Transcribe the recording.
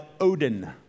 Odin